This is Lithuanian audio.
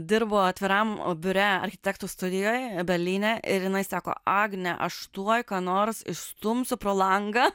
dirbo atviram biure architektų studijoj berlyne ir jinai sako agne aš tuoj ką nors išstumsiu pro langą